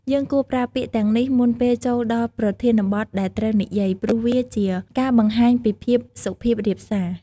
យើងគួរប្រើពាក្យទាំងនេះមុនពេលចូលដល់ប្រធានបទដែលត្រូវនិយាយ ព្រោះវាជាការបង្ហាញពីភាពសុភាពរាបសារ។